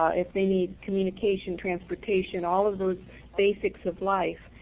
if they need communication, transportation, all of those basics of life,